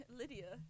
lydia